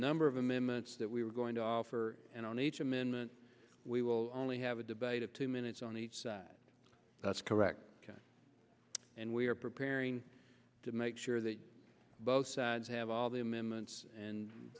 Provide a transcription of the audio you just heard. number of amendments that we are going to offer and on each amendment we will only have a debate of two minutes on each side that's correct and we are preparing to make sure that both sides have all the amendments and